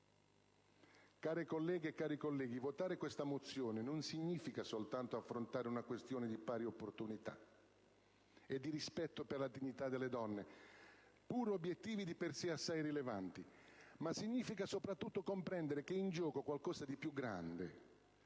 Care colleghe e colleghi, votare questa mozione non significa soltanto affrontare una questione di pari opportunità e di rispetto per la dignità delle donne - pur obiettivi di per sé assai rilevanti - ma significa soprattutto comprendere che è in gioco qualcosa di più grande,